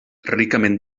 ricament